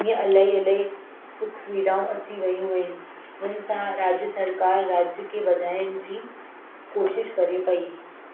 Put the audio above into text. जीअं अलाही अलाही सुख सुविधाऊं अची वियूं आहिनि हुन सां राज्य सरकार राज्य खे वधाइण जी कोशिशि करे पईं